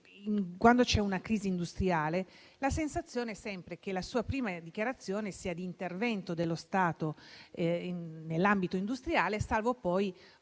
quando c'è una crisi industriale, la sensazione è sempre che la sua prima dichiarazione sia di intervento dello Stato nell'ambito industriale, salvo poi un po'